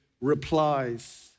replies